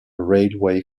railway